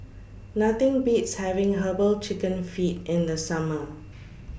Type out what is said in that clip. Nothing Beats having Herbal Chicken Feet in The Summer